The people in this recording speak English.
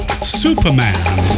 Superman